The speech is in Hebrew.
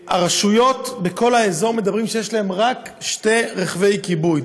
והרשויות בכל האזור מדברות על כך שיש להן רק שני רכבי כיבוי.